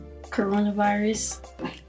Coronavirus